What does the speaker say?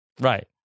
Right